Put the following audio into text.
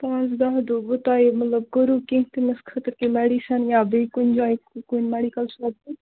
پانٛژھ دَہ دۄہ گوٚو تۄہہِ مطلب کوٚرُو کیٚنٛہہ تٔمِس خٲطرٕ کیٚنٛہہ میڈِسَن یا بیٚیہِ کُنہِ جایہِ کُنہِ میڈِکَل شاپہٕ طصحہپظ پٮ۪ٹھ